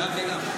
גם וגם.